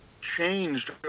changed